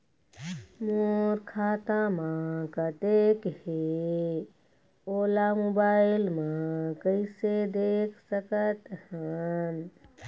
मोर खाता म कतेक हे ओला मोबाइल म कइसे देख सकत हन?